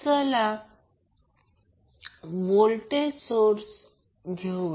चला तर voltage source घेऊया